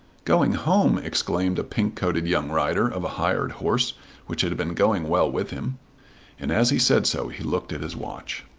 going home! exclaimed a pink-coated young rider of a hired horse which had been going well with him and as he said so he looked at his watch.